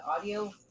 audio